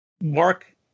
Mark